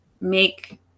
make